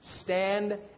Stand